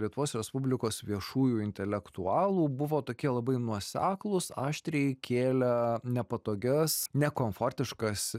lietuvos respublikos viešųjų intelektualų buvo tokie labai nuoseklūs aštriai kėlė nepatogias nekomfortiškas